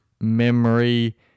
memory